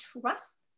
trust